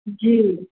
जी